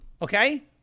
Okay